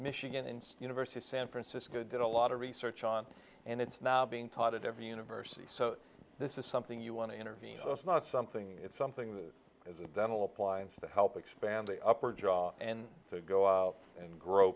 michigan and university san francisco did a lot of research on and it's now being taught at every university so this is something you want to intervene it's not something it's something that as a dental appliance to help expand the upper jaw and go up and grow